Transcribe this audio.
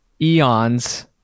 eons